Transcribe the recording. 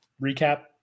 recap